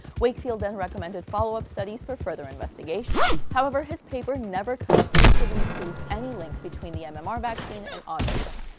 wakefield then recommended follow up studies for further investigation. however, his paper never conclusively proved any link between the um and mmr vaccine and autism.